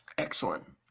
Excellent